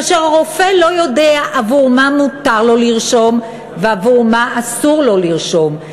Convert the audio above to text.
כאשר הרופא לא יודע עבור מה מותר לו לרשום ועבור מה אסור לו לרשום,